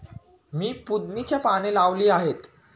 मी पुदिन्याची पाने लावली आहेत